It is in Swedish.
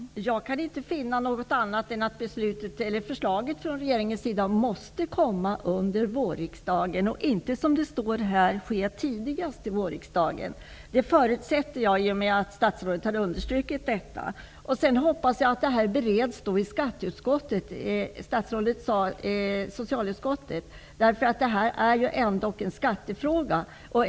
Fru talman! Jag kan inte finna något annat än att förslaget från regeringens sida måste komma under vårriksdagen och inte, som statsrådet har sagt, tidigast till vårriksdagen. Jag förutsätter att det är så i och med att statsrådet har understrukit detta i svaret. Jag hoppas vidare att detta skall beredas i skatteutskottet -- statsrådet sade socialutskottet -- eftersom det ändock är en skattefråga.